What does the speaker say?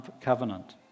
covenant